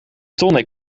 tonic